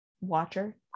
watcher